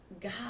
God